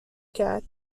کرد